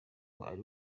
ari